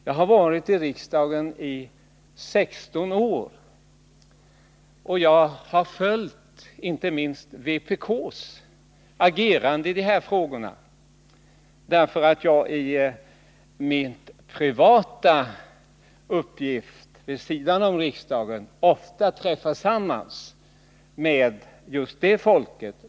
Jag har tillhört riksdagen i 16 år, och jag har följt inte minst vpk:s agerande i dessa frågor, eftersom jag i min privata uppgift vid sidan om riksdagen ofta träffar samman med just de människorna.